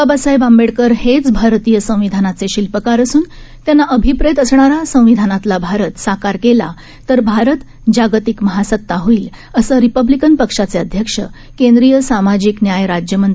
बाबासाहेब आंबेडकर हेच भारतीय संविधानाचे शिल्पकार असून त्यांना अभिप्रेत असणारा संविधानातला भारत साकार केला तर भारत जागतिक महासता होईल असं रिपब्लिकन पक्षाचे अध्यक्ष केंद्रीय सामाजिक न्याय राज्य मंत्री